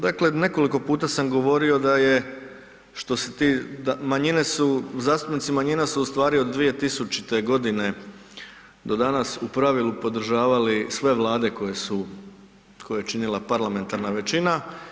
Dakle, dakle nekoliko puta sam govorio da je što se, manjine su, zastupnici manjina su u stvari od 2000.g. do danas u pravilu podržavali sve Vlade koje su, koje je činila parlamentarna većina.